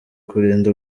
kurinda